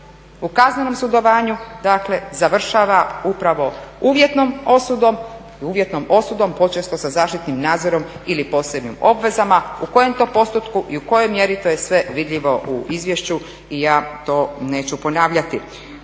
u kaznenom sudovanju završava upravo uvjetnom osudom, uvjetnom osudom, uvjetnom osudom počesto sa zaštitnim nadzorom ili posebnim obvezama, u kojem to postotku i u kojoj mjeri to je sve vidljivo u izvješću i ja to neću ponavljati.